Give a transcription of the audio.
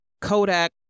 Kodak